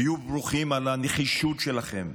היו ברוכים על הנחישות שלכם.